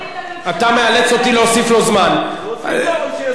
הם רק רוצים להפיל את הממשלה.